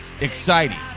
exciting